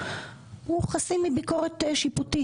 הוא חסין מביקורת שיפוטית.